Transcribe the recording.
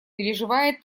переживает